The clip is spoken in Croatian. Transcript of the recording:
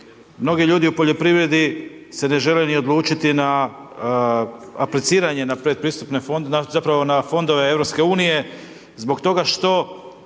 mnogi ljudi u poljoprivredi se ne žele ni odlučiti na apliciranje na pred pristupne fondove, zapravo